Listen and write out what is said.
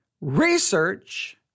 research